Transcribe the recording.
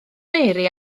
mary